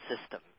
system